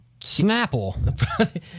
Snapple